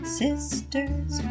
sisters